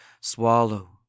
Swallow